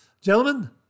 Gentlemen